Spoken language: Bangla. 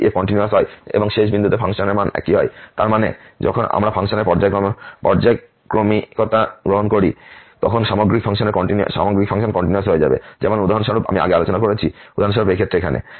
যদি f কন্টিনিউয়াস হয় এবং শেষ বিন্দুতে ফাংশনের মান একই হয় তার মানে যখন আমরা ফাংশনের পর্যায়ক্রমিকতা গ্রহণ করি তখন সামগ্রিক ফাংশন কন্টিনিউয়াস হয়ে যাবে যেমন উদাহরণস্বরূপ আমি আগে আলোচনা করেছি উদাহরণস্বরূপ এই ক্ষেত্রে এখানে